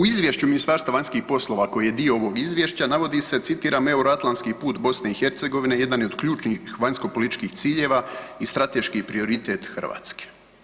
U izvješću Ministarstva vanjskih poslova koji je dio ovog izvješća navodi se, citiram: „Euroatlantski put BiH jedan je od ključnih vanjskopolitičkih ciljeva i strateški prioritet Hrvatske“